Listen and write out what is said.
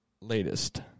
Latest